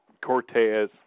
Cortez